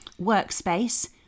workspace